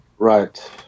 Right